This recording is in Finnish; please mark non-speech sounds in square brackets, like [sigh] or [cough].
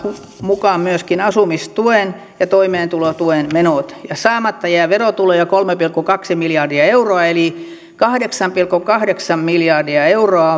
mukaan myöskin asumistuen ja toimeentulotuen menot ja saamatta jää verotuloja kolme pilkku kaksi miljardia euroa eli kahdeksan pilkku kahdeksan miljardia euroa [unintelligible]